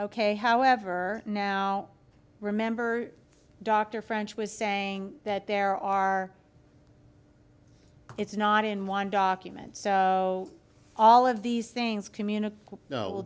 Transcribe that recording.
k however now remember dr french was saying that there are it's not in one document so all of these things community